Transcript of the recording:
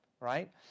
Right